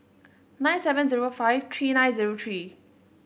nine seven zero five three nine zero three